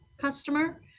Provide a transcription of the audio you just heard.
customer